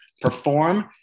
perform